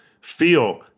feel